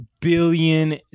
billion